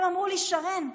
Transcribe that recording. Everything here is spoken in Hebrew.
הם אמרו לי, שרן,